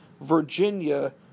Virginia